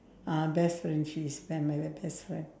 uh best friend she's my my best friend